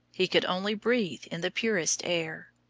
he could only breathe in the purest air,